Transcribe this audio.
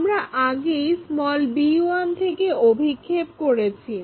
আমরা আগেই b1 থেকে অভিক্ষেপ করেছি